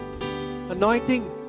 anointing